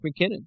McKinnon